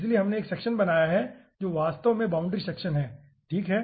इसलिए हमने एक सेक्शन बनाया है जो वास्तव में बाउंड्री सेक्शन है ठीक है